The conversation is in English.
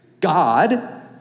God